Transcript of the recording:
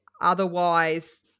Otherwise